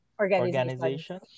Organization